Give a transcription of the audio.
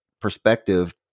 Perspective